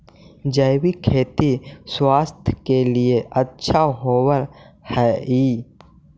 जैविक खेती स्वास्थ्य के लिए अच्छा होवऽ हई